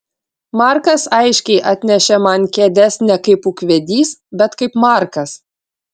markas aiškiai atnešė man kėdes ne kaip ūkvedys bet kaip markas